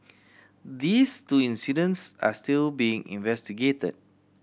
these two incidents are still being investigated